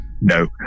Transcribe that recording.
no